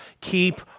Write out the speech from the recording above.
keep